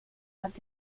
hat